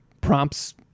prompts